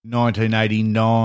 1989